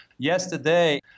Yesterday